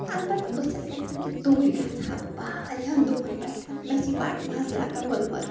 البتہٕ بہٕ چھَس یِژھان کہِ توٗرۍ گِژھا بہٕ وارِیاہن دۄہن پٮ۪ٹھ مےٚ چھِ بَڑٕ مَزٕ لَگان گُلمرگ